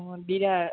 অঁ দি দিয়া